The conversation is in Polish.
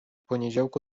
poniedziałku